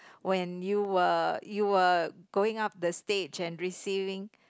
when you were you were going up the stage and receiving